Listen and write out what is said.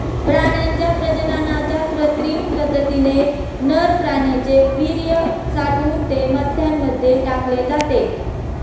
प्राण्यांच्या प्रजननाच्या कृत्रिम पद्धतीने नर प्राण्याचे वीर्य साठवून ते माद्यांमध्ये टाकले जाते